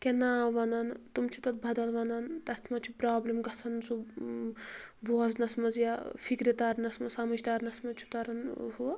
کینٛہہ ناو ونان تِم چھِ تِم چھِ تتھ بدل ونان تتھ منٛز چھِ پرابلم گژھان سُہ بوزنس منٛز یا فکرِ ترنس منٛز سمٕجھ ترنس منٛز چھُ تران ہُہ